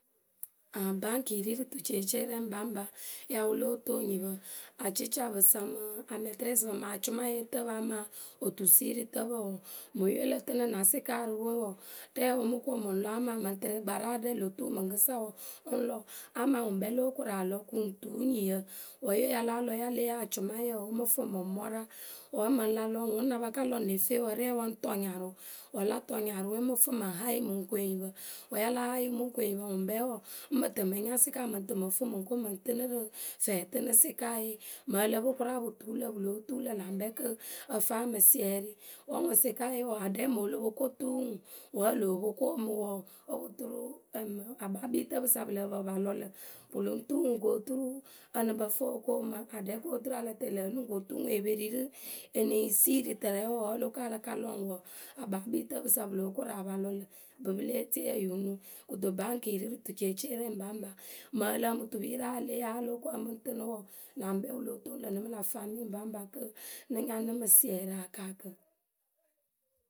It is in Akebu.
Aŋ baŋkɩ ri rǝ tuceeceewǝ rɛ baŋpa ya wǝ lóo toŋ enyipǝ acicapǝ sa mǝ amaitresse pǝ sa mǝ acʊmayetǝpǝ amaa otusiiritǝpǝ wǝǝ mǝŋ ye lǝ tɨnɨ nä sɩka rǝ we wɔ ɖɛɛwǝ ŋ mɨ ko mǝ ŋ lɔ amaa mǝŋ tɨrɛ gbaraarǝ rɛ lo tuu ŋwǝ mɨŋkɨsa ŋ lɔ amaa ŋwǝ ŋkpɛ lóo koru a lɔ kɨ n tuu nyiyǝ wǝ́ ye ya láa lɔ wǝ́ ya lée yee acʊmayǝ wɔ ŋ mɨ fɨ mɨ ŋ mwaara. Wǝ́ mǝŋ la lɔ ŋwǝ wǝ́ ŋ na pa ka lɔ ne fee wǝǝ, rɛ ŋwǝ ŋkpɛ ŋ tɔ nyarʊ wǝ́ la tɔ nyarʊwe ŋ mǝ fɨ mǝ ŋ hayɩ mǝ ŋ ku enyipǝ. Wǝ́ ya láa hayɩ mǝ ŋ kuŋ enyipǝ ŋwǝ ŋkpɛ wɔ, ŋ mɨ tɨ mɨ ŋ nya sɩka mɨŋ tɨ mɨ fǝ mɨ ŋ ko mǝ ŋ tɨnɨ rǝ fɛɛtɨnɨ sɩkaye, mɨŋ ǝ lǝ pɨ kʊraa pǝ tuu lǝ̈ pɨ lóo tuu lǝ̈ la ŋkpɛ kɨ ǝ fɨ a mɨ siɛrɩ Wǝ́ ŋwǝ sɩkaye wɔɔ aɖɛ mǝŋ lo po ko tuu ŋwǝ wǝ́ o loo po koomɨ wɔɔ, o po turu ǝmǝǝ akpakpitǝpɨ sa pǝ lǝh pǝ pɨ pa lɔ lǝ̈. Pɨ lɨŋ tuu ŋwǝ ko turu ǝ lɨŋ pǝ fɨ o koomɨ aɖɛ kɨ oturu a la tɛŋ ŋlǝ̈ o lóo ko tuu ŋwǝ e pe ri rɨ e lɨŋ siiri tɨrɛ wǝǝ wǝ́ o lo ko a la ka lɔ ŋwǝ wɔɔ, akpakpitǝpɨ sa pɨ lóo koru a pa lɔ lǝ̈. ŋpɨ pɨ le etie yǝ ŋ nuŋ. Kɨto baŋkɩ ri rǝ tuceeceewǝ rɛ ŋpaŋpa. Mǝŋ ǝ lǝǝmǝ tupiwǝ rɛ a lěe yee wǝ́ a lóo ko mɨ ŋ tɨnɨ wɔɔ, la ŋkpɛ wǝ lóo toŋ lǝ̈ nɨ mɨ lä famille baŋpa kɨ nɨ nya nɨ mɨ siɛrɩ akaakǝ.